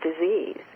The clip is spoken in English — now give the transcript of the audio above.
disease